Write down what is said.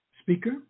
speaker